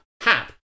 hap